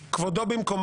וגם עכשיו היה שיח מקדים,